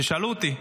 ששאלו אותי,